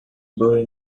boy